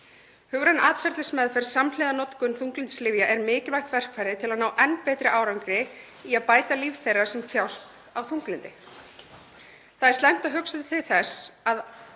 Hugræn atferlismeðferð samhliða notkun þunglyndislyfja er mikilvægt verkfæri til að ná enn betri árangri í að bæta líf þeirra sem þjást af þunglyndi. Það er slæmt að hugsa til þess að